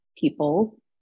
people